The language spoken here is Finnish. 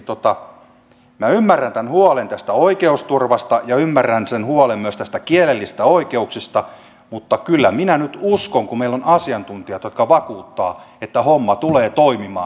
minä ymmärrän tämän huolen tästä oikeusturvasta ja ymmärrän sen huolen myös kielellisistä oikeuksista mutta kyllä minä nyt uskon kun meillä on asiantuntijat jotka vakuuttavat että homma tulee toimimaan